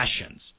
passions